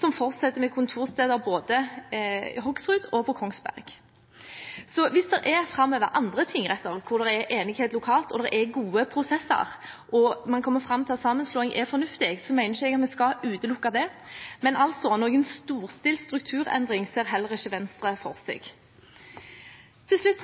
som fortsetter med kontorsteder både i Hokksund og på Kongsberg. Dersom det framover er andre tingretter hvor det er enighet lokalt og gode prosesser, og man kommer fram til at sammenslåing er fornuftig, mener jeg at vi ikke skal utelukke det. Men noen storstilt strukturendring ser heller ikke Venstre for seg. Til slutt